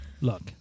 Look